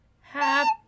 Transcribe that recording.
happy